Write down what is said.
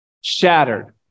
Shattered